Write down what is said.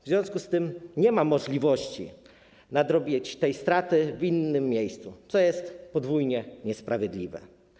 W związku z tym nie ma możliwości nadrobienia tej straty w innym miejscu, co jest podwójnie niesprawiedliwe.